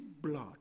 blood